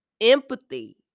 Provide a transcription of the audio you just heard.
empathy